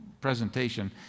presentation